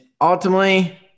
ultimately